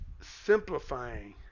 simplifying